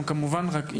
וכמובן גם לחברי כנסת.